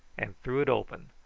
and threw it open,